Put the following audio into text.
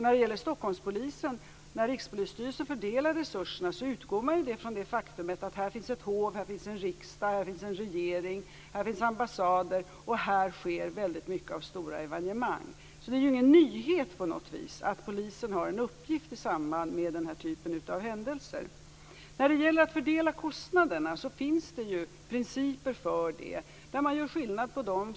När det gäller Stockholmspolisen är det ju så att Rikspolisstyrelsen när den fördelar resurserna utgår från det faktum att här finns ett hov, en riksdag och en regering. Här finns också ambassader, och här sker väldigt mycket av stora evenemang. Det är alltså ingen nyhet på något vis att polisen har en uppgift i samband med den här typen av händelser. När det gäller att fördela kostnaderna finns det ju principer. Man gör skillnad i olika fall.